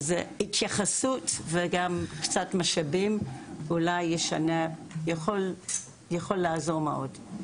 התייחסות וגם קצת משאבים יכולים לשנות ולעזור מאוד.